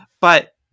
But-